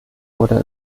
wurde